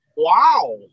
Wow